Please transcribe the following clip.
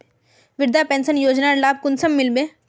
वृद्धा पेंशन योजनार लाभ कुंसम मिलबे?